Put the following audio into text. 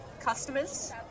customers